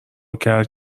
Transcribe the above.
کرد